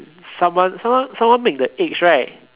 someone someone someone make the eggs right